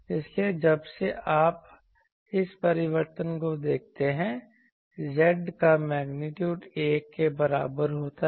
इसलिए जब से आप इस परिवर्तन को देखते हैं Z का मेग्नीट्यूड 1 के बराबर होता है